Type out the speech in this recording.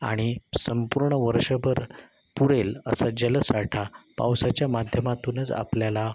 आणि संपूर्ण वर्षभर पुरेल असा जलसाठा पावसाच्या माध्यमातूनच आपल्याला